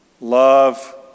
love